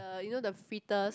er you know the fritters